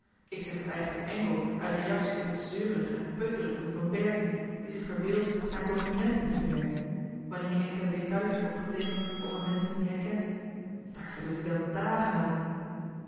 ik zeg het eigenlijk enkel uit reactie op het zeurig en peuterig doen van berkie die zich verbeeldt naar documenten te werken wanneer ie enkele details heeft opgeteekend over menschen die hij kent daar verdoet ie dan dàgen aan